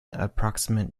approximate